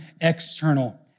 external